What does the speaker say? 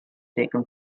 taken